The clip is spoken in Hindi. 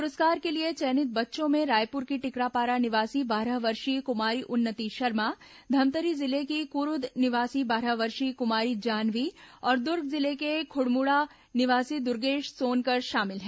पुरस्कार के लिए चयनित बच्चों में रायपुर की टिकरापारा निवासी बारह वर्षीय कुमारी उन्नति शर्मा धमतरी जिले की कुरूद निवासी बारह वर्षीय कुमारी जान्हवी और दुर्ग जिले के खुड़मुड़ा निवासी दुर्गेश सोनकर शामिल हैं